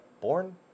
born